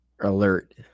alert